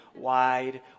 wide